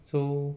so